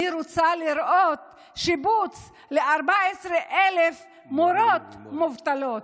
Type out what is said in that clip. אני רוצה לראות שיבוץ ל-14,000 מורות מובטלות,